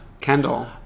Kendall